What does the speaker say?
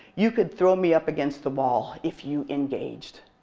you could throw me up against the wall if you engaged.